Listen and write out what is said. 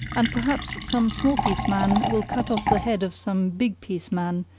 and perhaps some small-piece man will cut off the head of some big-piece man,